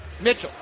Mitchell